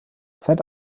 zeit